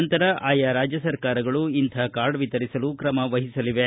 ನಂತರ ಆಯಾ ರಾಜ್ಯ ಸರ್ಕಾರಗಳು ಇಂಥ ಕಾರ್ಡ್ ವಿತರಿಸಲು ಕ್ರಮವಹಿಸಲಿವೆ